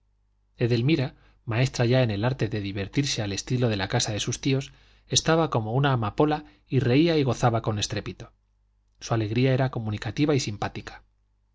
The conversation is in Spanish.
edelmira maestra ya en el arte de divertirse al estilo de la casa de sus tíos estaba como una amapola y reía y gozaba con estrépito su alegría era comunicativa y simpática